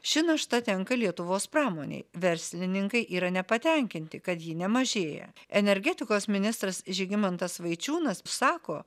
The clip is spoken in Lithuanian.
ši našta tenka lietuvos pramonei verslininkai yra nepatenkinti kad ji nemažėja energetikos ministras žygimantas vaičiūnas sako